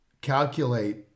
calculate